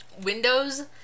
windows